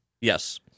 Yes